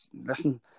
listen